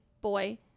Boy